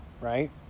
right